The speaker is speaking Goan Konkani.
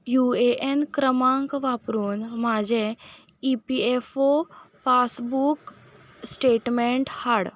युएएन क्रमांक वापरून म्हाजें इपीएफओ पासबूक स्टेटमँट हाड